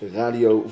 radio